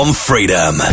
freedom